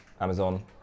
Amazon